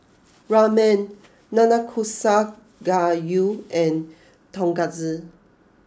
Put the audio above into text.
Ramen Nanakusa Gayu and Tonkatsu